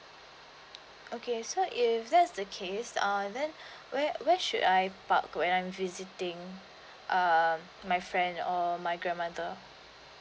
okay so if that's the case err then where where should I park when I'm visiting uh my friend or my grandmother